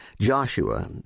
Joshua